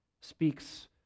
speaks